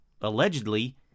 Allegedly